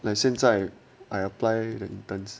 like 现在 I apply the interns